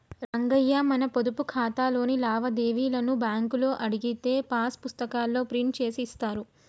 రంగయ్య మన పొదుపు ఖాతాలోని లావాదేవీలను బ్యాంకులో అడిగితే పాస్ పుస్తకాల్లో ప్రింట్ చేసి ఇస్తారు